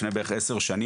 לפני בערך 10 שנים,